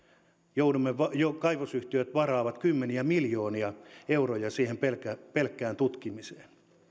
kaivosyhtiöt varaavat kymmeniä miljoonia euroja siihen pelkkään pelkkään tutkimiseen